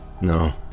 No